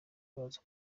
baza